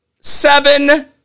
seven